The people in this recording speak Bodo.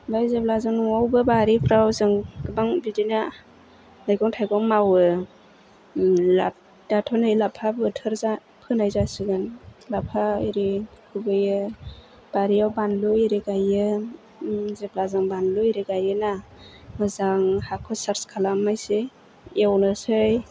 ओमफ्राय जेब्ला जों न'आवबो बारिफ्राव जों गोबां बिदिनो मैगं थाइगं मावो लाफायाथ' नै दाथ' लाफा बोथोर फोनाय जासिगोन लाफा एरि खुबैयो बारियाव बानलु एरि गायो जेब्ला जों बानलु एरि गायोब्ला मोजां हाखौ सार्च खालामनोसै एवनोसै